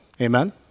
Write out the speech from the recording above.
Amen